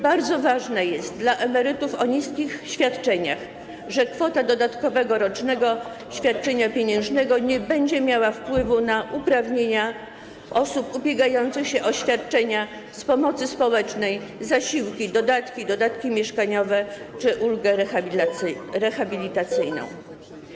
Bardzo ważne dla emerytów o niskich świadczeniach jest to, że kwota dodatkowego rocznego świadczenia pieniężnego nie będzie miała wpływu na uprawnienia osób ubiegających się o świadczenia z pomocy społecznej, zasiłki, dodatki, w tym dodatki mieszkaniowe, czy ulgę rehabilitacyjną.